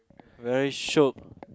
very shiok